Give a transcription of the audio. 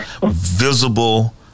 visible